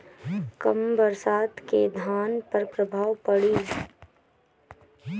कम बरसात के धान पर का प्रभाव पड़ी?